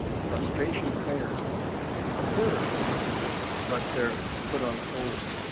frustration prayers are heard but they're put on hold